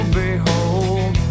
behold